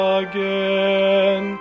again